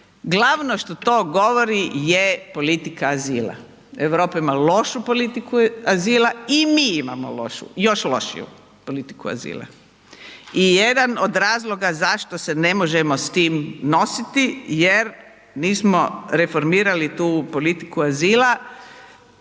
Glavno što to govori je politika azila. Europa ima lošu politiku azila i mi imamo lošu, još lošiju politiku azila i jedan od razloga zašto se ne možemo s tim nositi jer nismo reformirali tu politiku azila